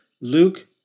Luke